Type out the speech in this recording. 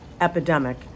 epidemic